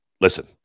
listen